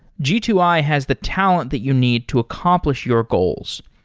g two i has the talent that you need to accomplish your goals.